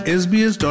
sbs